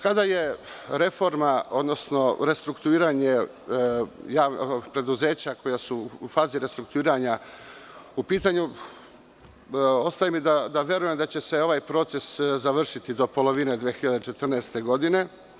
Kada je reč o restrukturiranju preduzeća koja su u fazi restrukturiranja, ostaje mi da verujem da će se ovaj proces završiti do polovine 2014. godine.